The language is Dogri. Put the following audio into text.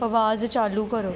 अबाज चालू करो